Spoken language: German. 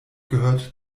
gehört